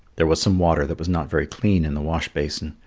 there was some water that was not very clean in the wash-basin,